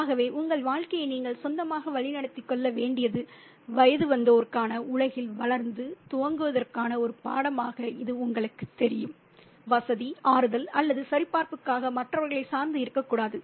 ஆகவே உங்கள் வாழ்க்கையை நீங்கள் சொந்தமாக வழிநடத்திக் கொள்ள வேண்டிய வயது வந்தோருக்கான உலகில் வளர்ந்து துவங்குவதற்கான ஒரு பாடமாக இது உங்களுக்குத் தெரியும் வசதி ஆறுதல் அல்லது சரிபார்ப்புக்காக மற்றவர்களைச் சார்ந்து இருக்கக்கூடாது